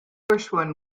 gershwin